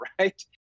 right